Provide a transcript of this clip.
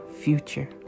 future